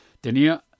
tenía